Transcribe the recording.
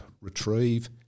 retrieve